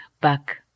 back